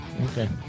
Okay